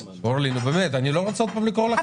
אורלי, אני לא רוצה לקרוא לך שוב לסדר.